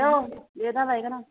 औ दे दा लायगोन आं